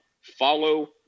follow